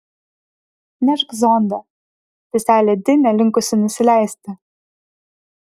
nešk zondą seselė di nelinkusi nusileisti